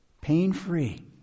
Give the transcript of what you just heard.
pain-free